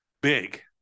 big